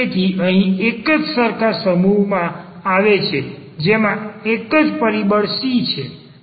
તેથી અહીં તે એક જ સરખા સમૂહમાં આવે છે કે જેમાં ફક્ત એક જ પરિબળ c છે